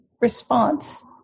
response